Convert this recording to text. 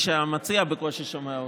שהמציע בקושי שומע אותי,